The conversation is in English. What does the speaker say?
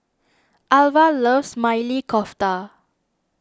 Alvah loves Maili Kofta